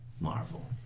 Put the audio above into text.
marvel